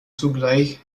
zugleich